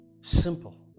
simple